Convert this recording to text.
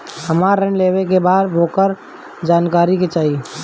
हमरा ऋण लेवे के बा वोकर जानकारी चाही